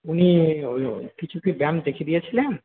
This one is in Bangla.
উনি ওই ওই কিছু কি ব্যায়াম দেখিয়ে দিয়েছিলেন